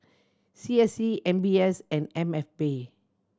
C S C M B S and M F B